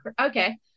okay